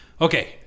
Okay